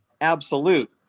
absolute